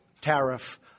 tariff